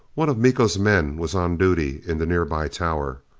one of miko's men was on duty in the nearby tower.